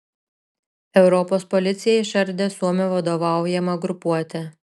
europos policija išardė suomių vadovaujamą grupuotę